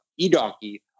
eDonkey